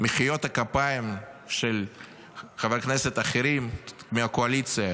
מחיאות הכפיים של חברי כנסת אחרים מהקואליציה